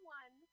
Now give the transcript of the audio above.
one